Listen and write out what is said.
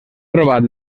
trobat